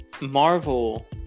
Marvel